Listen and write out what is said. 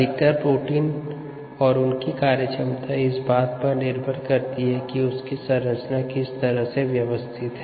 अधिकतर प्रोटीन और उनकी कार्यक्षमता इस बात पर निर्भर करती है कि उनकी संरचना किस तरह व्यवस्थित हैं